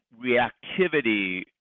reactivity